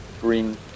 Green